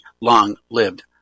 long-lived